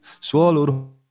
Swallowed